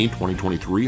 2023